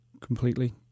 Completely